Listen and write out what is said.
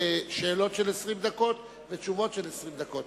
שאלות של 20 דקות ותשובות של 20 דקות.